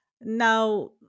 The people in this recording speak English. now